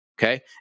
Okay